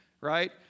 right